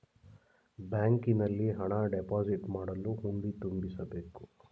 ಬ್ಯಾಂಕಿನಲ್ಲಿ ಹಣ ಡೆಪೋಸಿಟ್ ಮಾಡಲು ಹುಂಡಿ ತುಂಬಿಸಬೇಕು